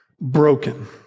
broken